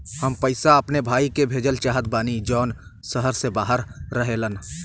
हम पैसा अपने भाई के भेजल चाहत बानी जौन शहर से बाहर रहेलन